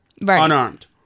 unarmed